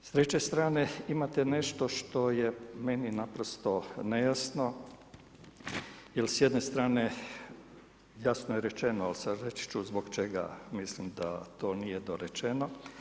S treće strane, imate nešto što je meni naprosto nejasno jer s jedne strane jasno je rečeno a sad reći ću zbog čega mislim da to nije dorečeno.